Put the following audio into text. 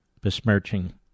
besmirching